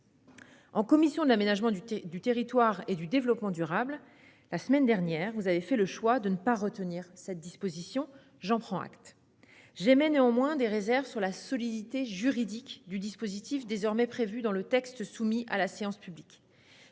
commission de l'aménagement du territoire et du développement durable, la semaine dernière, a fait le choix de ne pas retenir cette disposition. J'en prends acte. J'émets néanmoins des réserves sur la solidité juridique du dispositif prévu dans le texte que nous allons examiner